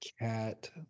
cat